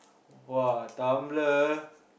!wah! Tumblr